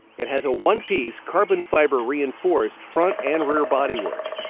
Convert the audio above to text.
it has a one-piece carbon fiber reinforced front and rear bodywork.